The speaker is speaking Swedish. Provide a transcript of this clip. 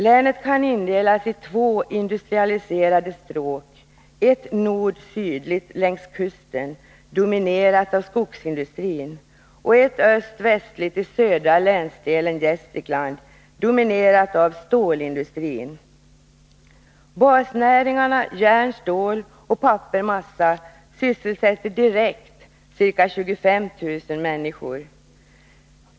Länet kan indelas i två industrialiserade stråk: ett nord-sydligt längs kusten, dominerat av skogsindustrin, och ett öst-västligt i den södra länsdelen, Gästrikland, dominerat av stålindustrin. Basnäringarna järn-stål och papper-massa sysselsätter direkt ca 25 000 personer.